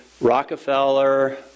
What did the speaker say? Rockefeller